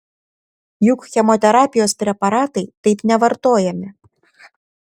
juk chemoterapijos preparatai taip nevartojami